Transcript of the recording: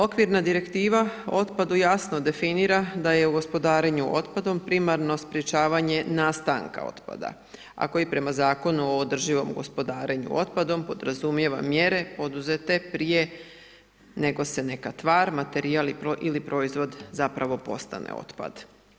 Okvira direktiva o otpadu jasno definira da je u gospodarenju otpadom primarno sprječavanje nastanka otpada a koji prema Zakonu o održivom gospodarenju otpadom podrazumijeva mjere poduzete prije nego se neka tvar, materijal ili proizvod zapravo postane otpad.